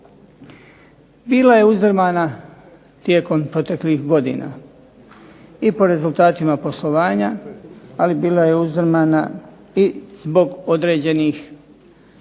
Bila je uzdrmana tijekom proteklih godina, i po rezultatima poslovanja ali bila je zdrmana zbog određenih promjena